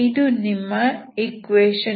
ಇದು ನಿಮ್ಮ eq